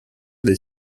del